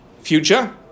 future